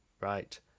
Right